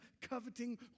coveting